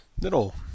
little